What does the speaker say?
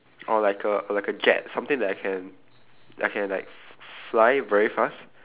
or like a like a jet something that I can I can like f~ f~ fly very fast